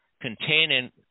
containing